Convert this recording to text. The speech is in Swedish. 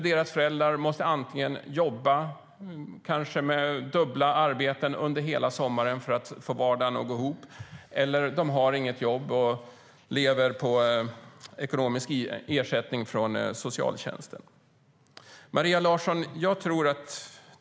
Deras föräldrar måste antingen jobba kanske med dubbla arbeten under hela sommaren för att få vardagen att gå ihop eller har inget jobb och lever på ekonomisk ersättning från socialtjänsten.